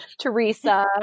Teresa